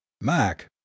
Mac